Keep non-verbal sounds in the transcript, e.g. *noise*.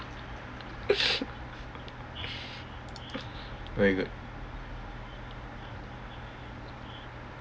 *laughs* very good